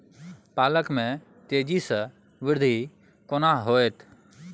पालक में तेजी स वृद्धि केना होयत?